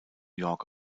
york